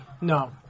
No